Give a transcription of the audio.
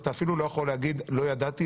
אז אתה אפילו לא יכול להגיד: לא ידעתי,